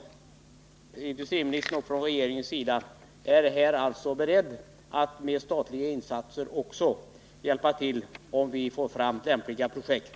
Industriministern sade nämligen att man från regeringens sida är beredd att gå in med statliga insatser om vi bara kan få fram lämpliga projekt.